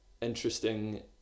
interesting